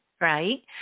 right